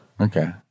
Okay